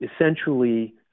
essentially